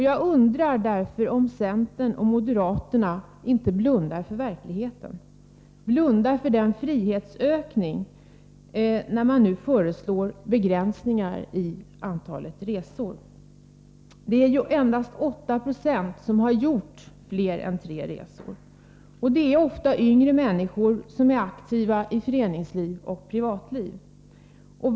Jag undrar därför om centern och moderaterna inte blundar för verkligheten, blundar för frihetsökningen, när de nu föreslår begränsningar i antalet resor. Det är endast 8 20 som har gjort fler än tre resor, och det är ofta yngre människor som är aktiva i föreningslivet och privatlivet.